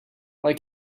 why